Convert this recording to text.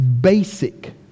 basic